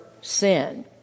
sin